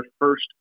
first